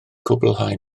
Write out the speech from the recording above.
cwblhau